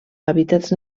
hàbitats